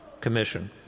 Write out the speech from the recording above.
commission